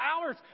hours